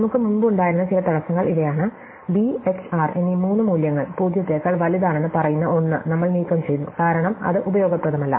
നമുക്ക് മുമ്പ് ഉണ്ടായിരുന്ന ചില തടസ്സങ്ങൾ ഇവയാണ് b h r എന്നീ മൂന്ന് മൂല്യങ്ങൾ പൂജ്യത്തേക്കാൾ വലുതാണെന്ന് പറയുന്ന ഒന്ന് നമ്മൾ നീക്കംചെയ്തു കാരണം അത് ഉപയോഗപ്രദമല്ല